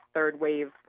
third-wave